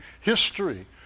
history